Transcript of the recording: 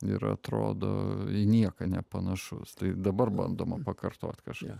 ir atrodo į nieką nepanašus tai dabar bandoma pakartot kažką